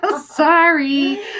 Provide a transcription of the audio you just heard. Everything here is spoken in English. sorry